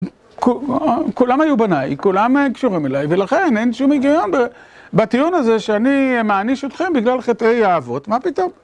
כולם היו בניי, כולם קשורים אליי, ולכן אין שום היגיון בטיעון הזה שאני מעניש אתכם בגלל חטאי האבות. מה פתאום?